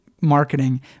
marketing